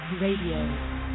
Radio